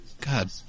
God